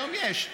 היום יש.